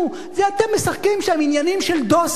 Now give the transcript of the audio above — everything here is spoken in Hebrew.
זה אתם משחקים שם עניינים של דוסים.